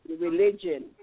religion